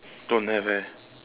don't have eh